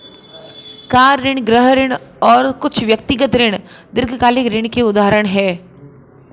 car ऋण, गृह ऋण और कुछ व्यक्तिगत ऋण दीर्घकालिक ऋण के उदाहरण हैं